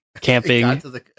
camping